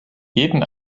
jeden